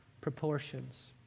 proportions